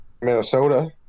Minnesota